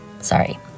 Sorry